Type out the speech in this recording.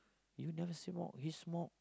even though they see more very small